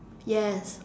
yes